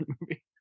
movie